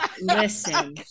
listen